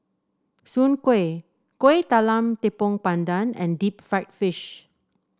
Soon Kway Kuih Talam Tepong Pandan and Deep Fried Fish